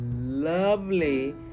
lovely